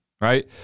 right